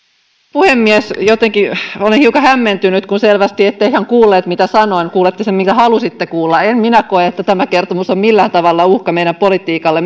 puhemies jotenkin olen hiukan hämmentynyt kun selvästi ette ihan kuulleet mitä sanoin kuulette sen minkä halusitte kuulla en minä koe että tämä kertomus on millään tavalla uhka meidän politiikalle